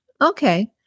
Okay